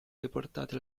deportati